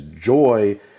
joy